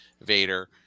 Vader